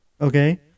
Okay